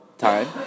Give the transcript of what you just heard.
time